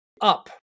up